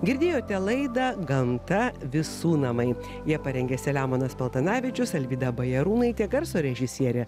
girdėjote laidą gamta visų namai ją parengė selemonas paltanavičius alvyda bajarūnaitė garso režisierė